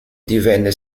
divenne